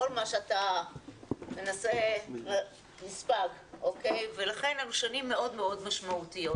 כל מה שאתה מנסה נספג ולכן אלה שנים מאוד מאוד משמעותיות.